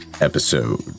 episode